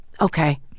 Okay